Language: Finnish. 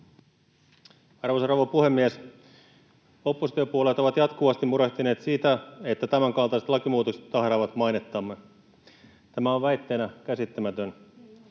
Arvoisa rouva puhemies! Oppositiopuolueet ovat jatkuvasti murehtineet sitä, että tämänkaltaiset lakimuutokset tahraavat mainettamme. Tämä on väitteenä käsittämätön.